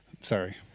Sorry